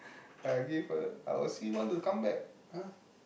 I give her I'll see want to come back !huh!